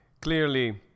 clearly